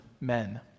men